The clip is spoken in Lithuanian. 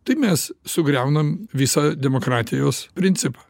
tai mes sugriaunam visą demokratijos principą